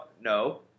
no